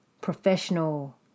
professional